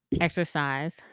Exercise